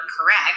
correct